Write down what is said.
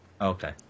Okay